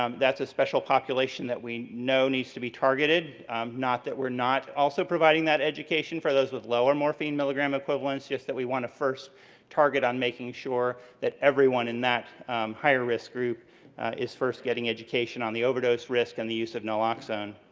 um that's a special population that we know needs to be targeted not that we're not also providing that education for those with lower morphine equivalents. just that we want to first target on making sure that everyone in that higher risk group is first getting education on the overdose risk and the use of naloxone.